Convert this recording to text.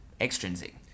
extrinsic